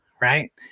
Right